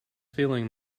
feeling